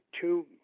two